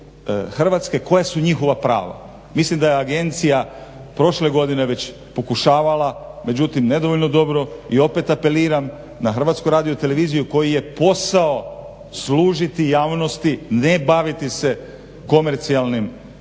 građane RH koja su njihova prava. Mislim da je agencija prošle godine već pokušavala, međutim nedovoljno dobro i opet apeliram na HRT koji je posao služiti javnosti, ne baviti se komercijalnim programima,